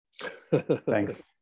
Thanks